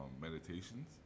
meditations